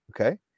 okay